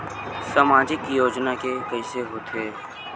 सामाजिक योजना के कइसे होथे?